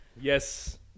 Yes